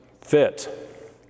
fit